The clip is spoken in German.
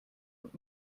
und